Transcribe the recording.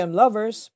lovers